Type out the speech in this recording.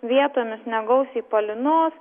vietomis negausiai palynos